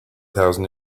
thousand